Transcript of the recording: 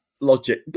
logic